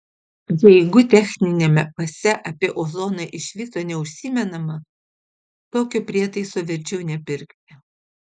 jeigu techniniame pase apie ozoną iš viso neužsimenama tokio prietaiso verčiau nepirkti